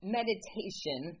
meditation